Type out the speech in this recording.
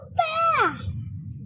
fast